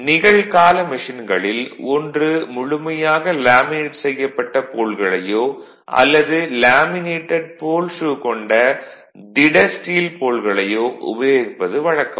நிகழ்கால மெஷின்களில் ஒன்று முழுமையாக லேமினேட் செய்யப்பட்ட போல்களையோ அல்லது லேமினேடட் போல் ஷூ கொண்ட திட ஸ்டீல் போல்களையோ உபயோகிப்பது வழக்கம்